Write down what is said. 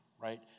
right